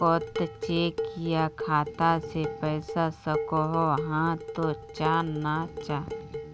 कोत चेक या खाता से पैसा सकोहो, हाँ तो चाँ ना चाँ?